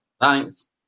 thanks